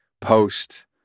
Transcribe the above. post